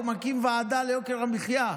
הוא מקים ועדה ליוקר המחיה,